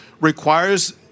requires